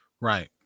Right